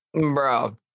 bro